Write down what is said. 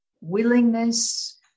willingness